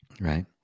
right